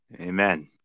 Amen